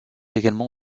également